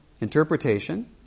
Interpretation